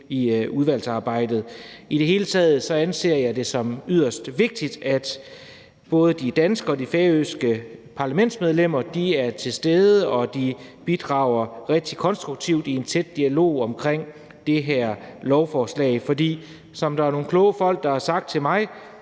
i udvalgsarbejdet. I det hele taget anser jeg det som yderst vigtigt, at både de danske og de færøske parlamentsmedlemmer er til stede, og at de bidrager rigtig konstruktivt til en tæt dialog om det her lovforslag, for som der er nogle kloge folk, der har sagt til mig: